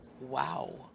Wow